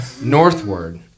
northward